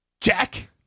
Jack